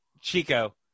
Chico